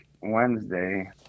wednesday